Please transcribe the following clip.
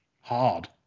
hard